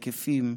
בהיקפים,